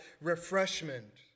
refreshment